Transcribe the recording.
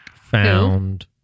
Found